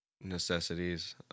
necessities